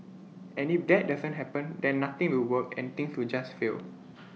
and if that doesn't happen then nothing will work and things will just fail